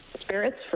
spirits